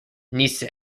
nice